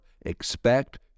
expect